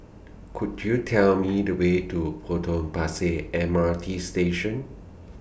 Could YOU Tell Me The Way to Potong Pasir M R T Station